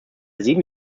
sieben